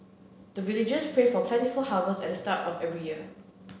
the villagers pray for plentiful harvest at the start of every year